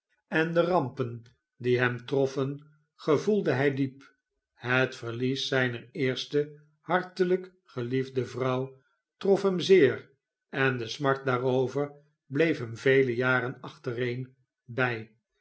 en de rampen die hem troffen gevoelde hij diep het verlies zijner eerste hartelijk geliefde vrouwtrof hem zeer en de smart daarover bleef hem vele jaren achtereen bij